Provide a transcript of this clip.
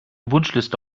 wunschliste